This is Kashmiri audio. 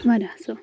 واریاہ اصٕل